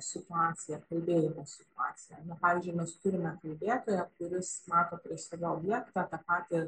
situacija kalbėjimo situacija na pavyzdžiui mes turime kalbėtoją kuris mato prieš save objektą tą patį